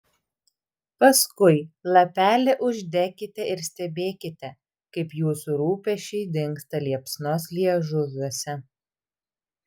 paskui lapelį uždekite ir stebėkite kaip jūsų rūpesčiai dingsta liepsnos liežuviuose